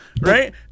right